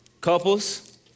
couples